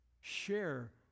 share